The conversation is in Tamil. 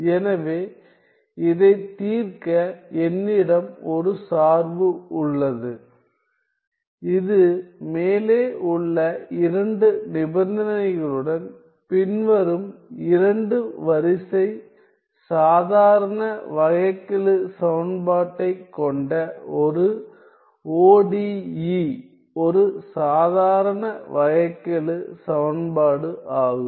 எனவே இதைத் தீர்க்க என்னிடம் ஒரு சார்பு உள்ளது இது மேலே உள்ள இரண்டு நிபந்தனைகளுடன் பின்வரும் இரண்டு வரிசை சாதாரண வகைக்கெழு சமன்பாட்டைக் கொண்ட ஒரு ODE ஒரு சாதாரண வகைக்கெழு சமன்பாடு ஆகும்